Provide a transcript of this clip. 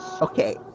Okay